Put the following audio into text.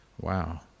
Wow